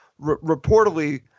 reportedly